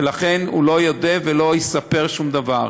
ולכן הוא לא יודה ולא יספר שום דבר.